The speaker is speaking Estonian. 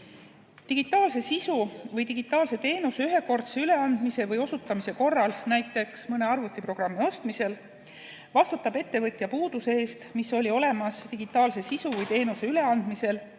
Digitaalse sisu või digitaalse teenuse ühekordse üleandmise või osutamise korral, näiteks mõne arvutiprogrammi ostmisel, vastutab ettevõtja puuduse eest, mis oli olemas digitaalse sisu või teenuse üleandmisel